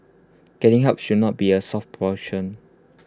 getting help should not be A soft option